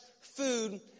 food